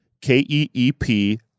K-E-E-P